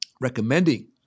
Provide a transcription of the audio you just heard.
recommending